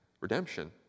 redemption